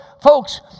folks